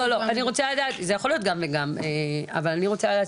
זה יכול להיות גם וגם אבל אני רוצה לדעת